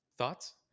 Thoughts